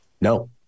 No